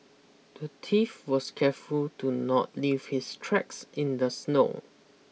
the thief was careful to not leave his tracks in the snow